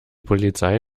polizei